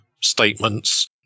statements